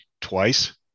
twice